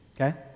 Okay